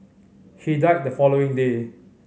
he died the following day